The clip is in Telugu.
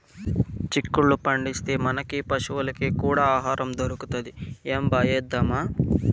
చిక్కుళ్ళు పండిస్తే, మనకీ పశులకీ కూడా ఆహారం దొరుకుతది ఏంబా ఏద్దామా